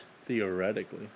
Theoretically